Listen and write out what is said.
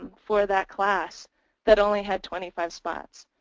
for that class that only had twenty five spots.